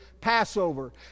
Passover